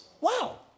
wow